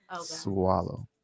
swallow